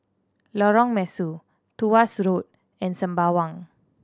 Lorong Mesu Tuas Road and Sembawang